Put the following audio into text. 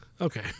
Okay